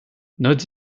notes